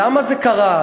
למה זה קרה,